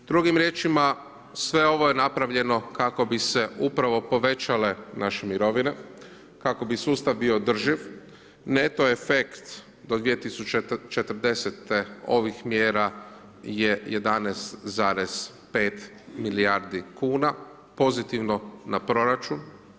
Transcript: Drugim riječima, sve ovo je napravljeno, kako bi se upravo povećale naše mirovine, kako bi sustav bio održiv, neto efekt do 2040. ovih mjera je 11,5 milijardi kuna, pozitivno na proračun.